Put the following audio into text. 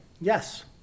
Yes